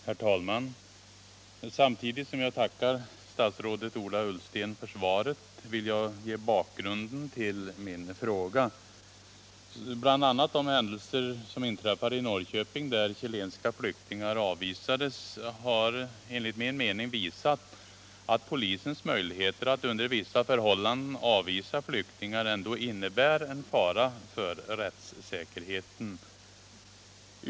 Herr talman! Samtidigt som jag tackar statsrådet Ola Ullsten för svaret vill jag ge bakgrunden till min fråga. Bl. a. de händelser som inträffade i Norrköping, där chilenska flyktingar avvisats, har visat att polisens möjligheter att under vissa omständigheter avvisa flyktingar innebär en fara för rättssäkerheten.